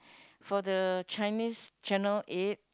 for the Chinese channel eight